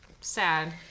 sad